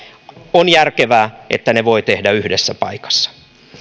on järkevää että ne voi tehdä yhdessä paikassa